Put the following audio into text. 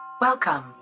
Welcome